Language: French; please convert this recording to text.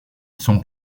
son